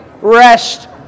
rest